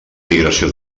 migració